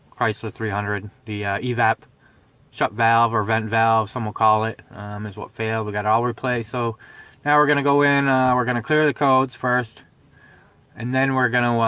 chrysler three hundred the evap check valve or vent valve some will call it as what failed we got all wordplay so now we're gonna go in we're gonna clear the codes first and then we're gonna